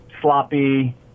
sloppy